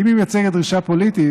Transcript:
כי אם היא מייצגת דרישה פוליטית,